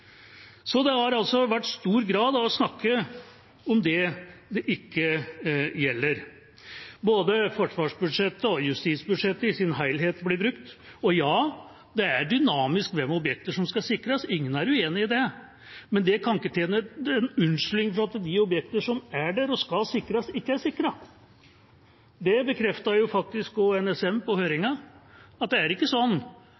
Det har altså i stor grad blitt snakket om det det ikke gjelder. Både forsvarsbudsjettet og justisbudsjettet i sin helhet blir brukt. Ja, det er dynamisk hvilke objekter som skal sikres, ingen er uenig i det, men det kan ikke tjene som unnskyldning for at de objekter som er der, og som skal sikres, ikke er sikret. Det bekreftet faktisk også NSM på